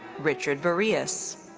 richard barillas.